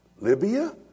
libya